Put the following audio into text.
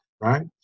right